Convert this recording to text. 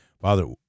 Father